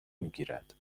میگیرد